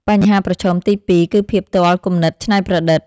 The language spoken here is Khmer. បញ្ហាប្រឈមទី២ គឺភាពទាល់គំនិតច្នៃប្រឌិត។